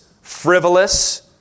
frivolous